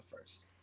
first